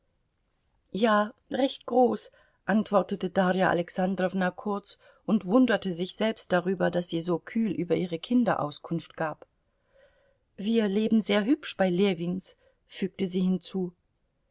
ja recht groß antwortete darja alexandrowna kurz und wunderte sich selbst darüber daß sie so kühl über ihre kinder auskunft gab wir leben sehr hübsch bei ljewins fügte sie hinzu